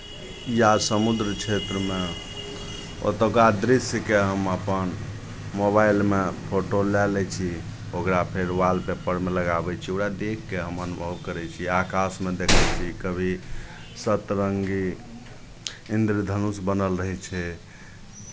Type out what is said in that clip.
या समुद्र क्षेत्रमे ओतुका दृश्यकेँ हम अपन मोबाइलमे फोटो लए लै छी ओकरा फेर वालपेपरमे लगाबै छी ओकरा देखि कऽ हम अनुभव करै छी आकाशमे देखि कऽ कभी सतरङ्गी इन्द्रधनुष बनल रहै छै